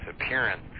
appearance